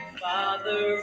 father